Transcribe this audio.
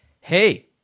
Hey